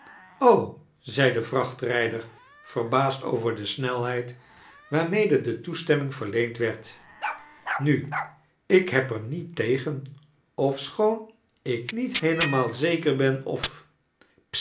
zei de vrachiarijder verbaasd over de snelhedd waarmee de toestemming verleend werd nu ik heb er niet tegen ofschoon ik niet heelemaal zeker ben of